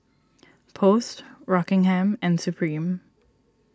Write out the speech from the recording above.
Post Rockingham and Supreme